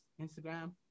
Instagram